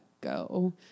go